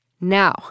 Now